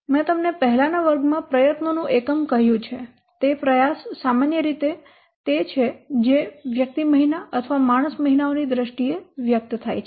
મેં તમને પહેલાના વર્ગમાં પ્રયત્નોનું એકમ કહ્યું છે તે પ્રયાસ સામાન્ય રીતે તે છે જે વ્યક્તિ મહિના અથવા માણસના મહિનાઓની દ્રષ્ટિએ વ્યક્ત થાય છે